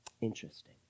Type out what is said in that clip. Interesting